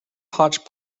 hotch